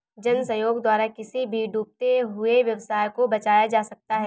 जन सहयोग द्वारा किसी भी डूबते हुए व्यवसाय को बचाया जा सकता है